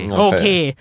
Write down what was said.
okay